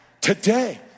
Today